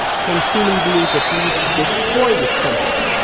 can human beings at least destroy this temple?